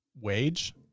wage